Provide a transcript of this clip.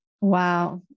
Wow